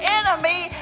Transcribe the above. enemy